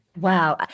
Wow